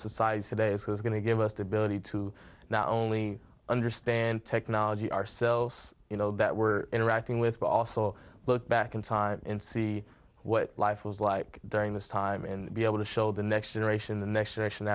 societies today is was going to give us the ability to not only understand technology our cells you know that we're interacting with but also look back in time and see what life was like during this time and be able to show the next generation the next generation